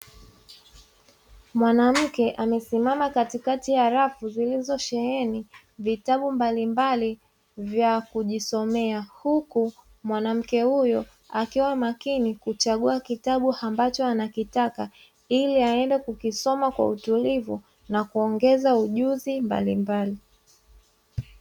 Mwanamke amesimama katikati ya rafu zilizo sheheni vitabu mbalimbali vya kujisomea, huku mwanamke huyo akiwa makini kuchagua kitabu ambacho anakitaka ili aende kukisoma kwa utulivu na kuongeza ujuzi mbalimbali.